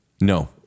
No